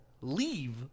leave